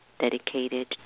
dedicated